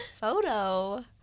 photo